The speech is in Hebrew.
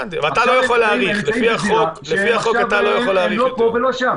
הם לא פה ולא שם.